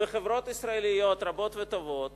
חברות ישראליות רבות וטובות